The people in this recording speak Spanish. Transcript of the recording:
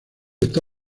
está